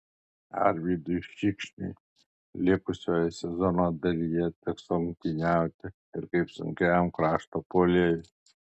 arvydui šikšniui likusioje sezono dalyje teks rungtyniauti ir kaip sunkiajam krašto puolėjui